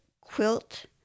quilt